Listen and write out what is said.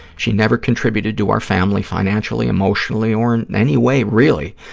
she never contributed to our family financially, emotionally or in any way, really.